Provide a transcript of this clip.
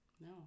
No